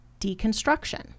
deconstruction